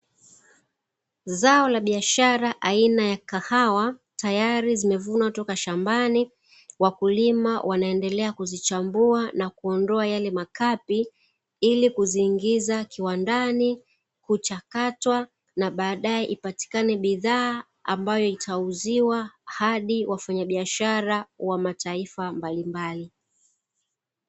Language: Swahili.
Zao la biashara aina ya kahawa tayari zimevunwa toka shambani wakulima wanaendela kuzichambua na kuondoa yale makapi ili kuziingiza kiwandani kuchakatwa na baade ipatikane bidhaa ambayo itauziwa hadi wafanyabiashara wa mataifa mbalimbali.